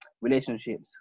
relationships